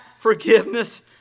forgiveness